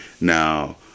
Now